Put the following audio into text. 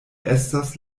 estas